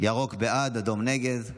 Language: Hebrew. ירוק, בעד, אדום, נגד.